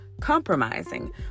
compromising